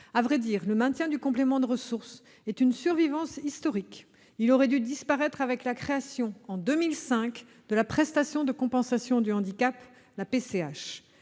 À vrai dire, le maintien du complément de ressources est une survivance historique : il aurait dû disparaître avec la création, en 2005, de la prestation de compensation du handicap, la PCH.